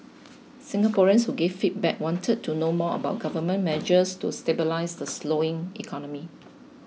Singaporeans who gave feedback wanted to know more about Government measures to stabilise the slowing economy